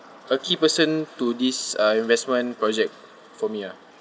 a key person to this uh investment project for me ah